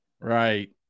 Right